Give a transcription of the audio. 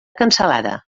cansalada